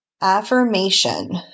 Affirmation